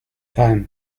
time